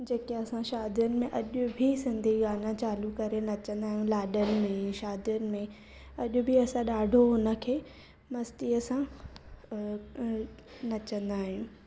जेके असां शादियुनि में अॼु बि सिंधी गाना चालू करे नचंदा आहियूं लाॾनि में शादियुनि में अॼु बि असां ॾाढो हुनखे मस्तीअ सां नचंदा आहियूं